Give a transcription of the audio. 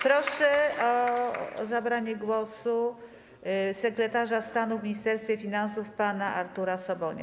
Proszę o zabranie głosu sekretarza stanu w Ministerstwie Finansów pana Artura Sobonia.